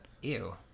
Ew